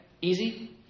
Easy